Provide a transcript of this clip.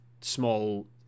small